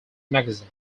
magazine